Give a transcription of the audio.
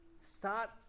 start